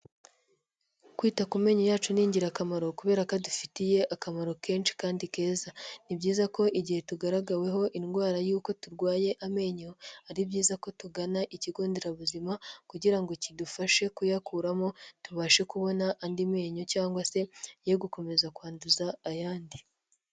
Kwita ku menyo yacu ni ingirakamaro kubera ko adufitiye akamaro kenshi kandi keza, ni byiza ko igihe tugaragaweho indwara y'uko turwaye amenyo ari byiza ko tugana ikigo nderabuzima kugira ngo kidufashe kuyakuramo, tubashe kubona andi menyo cyangwa se yoye gukomeza kwanduza ayandi.